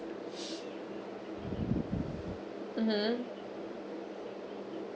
mmhmm